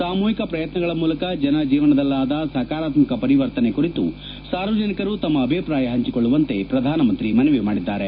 ಸಾಮೂಹಿಕ ಪ್ರಯತ್ನಗಳ ಮೂಲಕ ಜನ ಜೀವನದಲ್ಲಾದ ಸಕಾರಾತ್ಮಕ ಪರಿವರ್ತನೆ ಕುರಿತು ಸಾರ್ವಜನಿಕರು ತಮ್ಮ ಅಭಿಪ್ರಾಯ ಹಂಚಿಕೊಳ್ಳುವಂತೆ ಪ್ರಧಾನಮಂತ್ರಿ ಮನವಿ ಮಾಡಿದ್ದಾರೆ